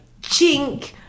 chink